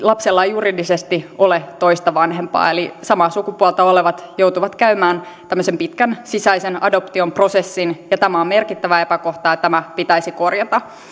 lapsella ei juridisesti ole toista vanhempaa eli samaa sukupuolta olevat joutuvat käymään tämmöisen pitkän sisäisen adoption prosessin tämä on merkittävä epäkohta ja tämä pitäisi korjata